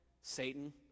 Satan